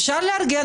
אפשר לארגן,